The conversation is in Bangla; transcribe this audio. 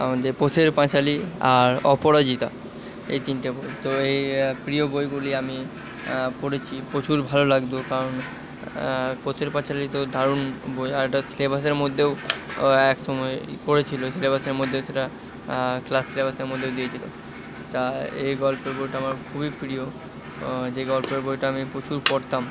আমাদের পথের পাঁচালী আর অপরাজিতা এই তিনটে বই তো এই প্রিয় বইগুলি আমি পড়েছি প্রচুর ভালো লাগতো কারণ পথের পাঁচালী তো দারুণ বই আর এটা সিলেবাসের মধ্যেও এক সময় পড়েছিলো সিলেবাসের মধ্যে সেটা ক্লাস সিলেবাসের মধ্যে দিয়েছিলো তা এই গল্পের বইটা আমার খুবই প্রিয় যে গল্পের বইটা আমি প্রচুর পড়তাম